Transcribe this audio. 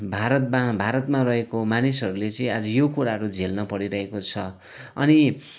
भारतमा भारतमा रहेको मानिसहरूले चाहिँ आज यो कुराहरू झेल्न परिरहेको छ अनि